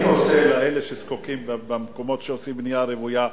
אני עושה לאלה שזקוקים במקומות שעושים בנייה רוויה,